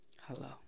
Hello